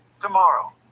tomorrow